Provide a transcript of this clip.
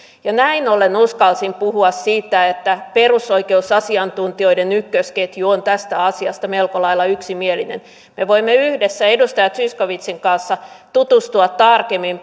näin ollen uskalsin puhua siitä että perusoikeusasiantuntijoiden ykkösketju on tästä asiasta melko lailla yksimielinen me voimme yhdessä edustaja zyskowiczin kanssa tutustua tarkemmin